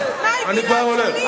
איזה מין צורה של התנהגות זו?